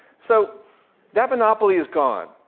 so that monopoly is gone.